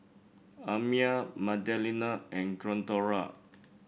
Amya Magdalena and Glendora